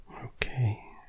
Okay